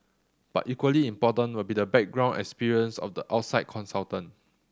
but equally important will be the background experience of the outside consultant